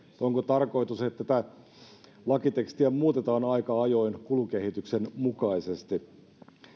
onko tarkoitus että lakitekstiä muutetaan aika ajoin kulukehityksen mukaisesti